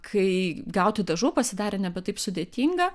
kai gauti dažų pasidarė nebe taip sudėtinga